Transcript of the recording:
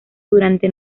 durante